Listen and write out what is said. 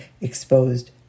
exposed